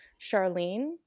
Charlene